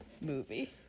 movie